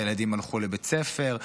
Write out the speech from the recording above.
הילדים הלכו לבית ספר,